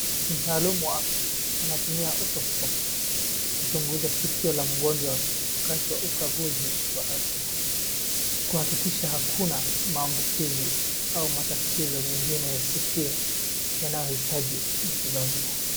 Mtaalumu wa afya anatumia otoscop kuchunguza sikio la mgonjwa wakati wa ukaguzi wa afya kuhakikisha hakuna maambukizi au matatizo mengine ya sikio yanayohitaji matibabu.